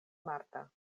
marta